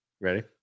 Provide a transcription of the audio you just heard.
ready